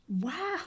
Wow